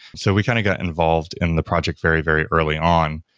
so we kind of got involved in the project very, very early on.